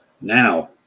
Now